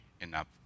enough